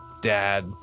dad